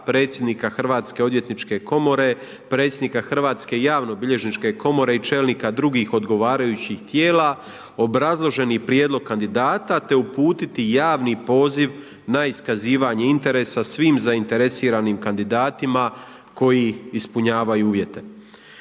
predsjednika Hrvatske odvjetničke komore, predsjednika Hrvatske javno bilježničke komore i čelnika drugih odgovarajućih tijela obrazloženi prijedlog kandidata te uputiti javni poziv na iskazivanje interesa svim zainteresiranim kandidatima koji ispunjavaju uvjete.